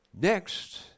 Next